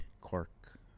cork